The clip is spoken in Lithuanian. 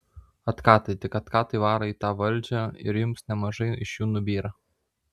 atkatai tik atkatai varo į tą valdžią ir jums nemažai iš jų nubyra